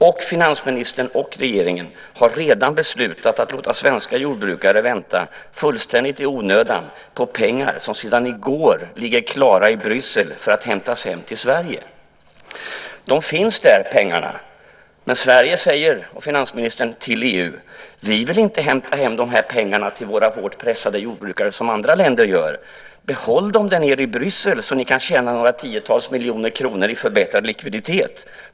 Och finansministern och regeringen har redan beslutat att låta svenska jordbrukare vänta, fullständigt i onödan, på pengar som sedan i går ligger klara i Bryssel för att hämtas hem till Sverige. Pengarna finns där, men Sverige och finansministern säger till EU: Vi vill inte hämta hem dessa pengar till våra hårt pressade jordbrukare som andra länder gör. Behåll dem där nere i Bryssel så att ni kan tjäna några tiotals miljoner kronor i förbättrad likviditet.